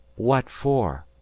what for?